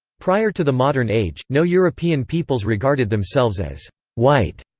prior to the modern age, no european peoples regarded themselves as white,